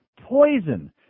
poison